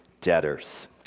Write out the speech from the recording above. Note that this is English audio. debtors